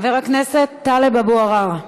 חבר הכנסת טלב אבו עראר,